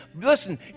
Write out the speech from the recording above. listen